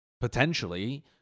potentially